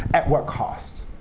at what cost?